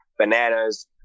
bananas